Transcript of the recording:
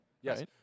Yes